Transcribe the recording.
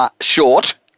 short